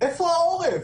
איפה העורף?